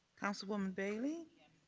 councilwoman bailey. yes.